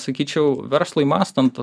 sakyčiau verslui mąstant